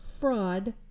fraud